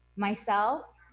myself,